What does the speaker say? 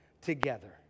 together